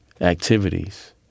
activities